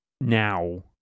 now